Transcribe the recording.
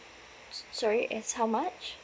s~ sorry it's how much